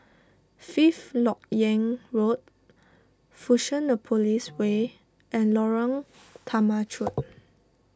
Fifth Lok Yang Road Fusionopolis Way and Lorong Temechut